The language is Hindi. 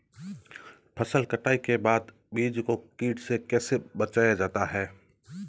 फसल कटाई के बाद बीज को कीट से कैसे बचाया जाता है?